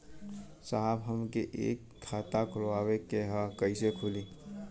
साहब हमके एक खाता खोलवावे के ह कईसे खुली?